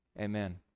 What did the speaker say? Amen